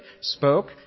spoke